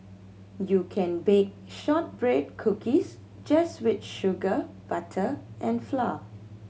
you can bake shortbread cookies just with sugar butter and flour